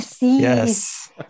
Yes